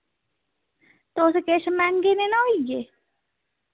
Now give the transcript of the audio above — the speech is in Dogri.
तुस किश मैहंगे नि ना होइये